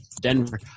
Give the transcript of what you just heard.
Denver